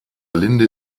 linde